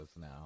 now